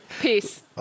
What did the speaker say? Peace